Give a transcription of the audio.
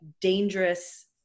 dangerous